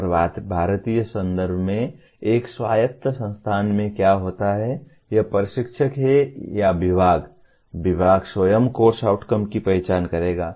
और भारतीय संदर्भ में एक स्वायत्त संस्थान में क्या होता है यह प्रशिक्षक है या विभाग विभाग स्वयं कोर्स आउटकम की पहचान करेगा